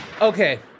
Okay